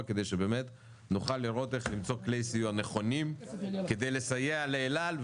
כדי שבאמת נוכל לראות איך למצוא כלי סיוע נכונים כדי לסייע לאל על,